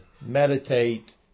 meditate